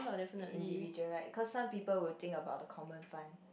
individual right cause some people will think about the common fund